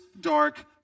dark